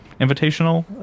invitational